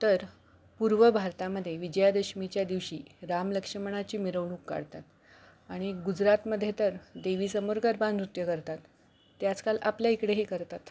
तर पूर्व भारतामध्ये विजयादशमीच्या दिवशी रामलक्ष्मणाची मिरवणूक काढतात आणि गुजरातमध्ये तर देवीसमोर गरबा नृत्य करतात ते आजकाल आपल्या इकडे हे करतात